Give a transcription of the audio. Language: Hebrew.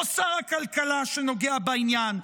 לא שר הכלכלה שנוגע בעניין,